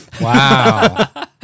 Wow